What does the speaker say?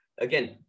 Again